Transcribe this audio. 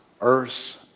earth